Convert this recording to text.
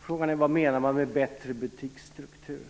Frågan är: Vad menar man med bättre butiksstruktur?